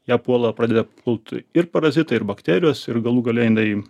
ją puola pradeda pult ir parazitai ir bakterijos ir galų gale inai